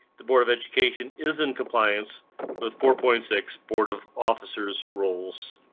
the board of education is in compliance with four point six board of officers rolls.